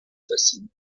fascine